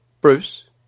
Bruce